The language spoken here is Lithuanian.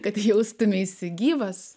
kad jaustumeisi gyvas